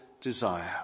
desire